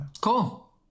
Cool